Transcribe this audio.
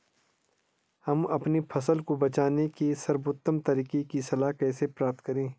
हम अपनी फसल को बचाने के सर्वोत्तम तरीके की सलाह कैसे प्राप्त करें?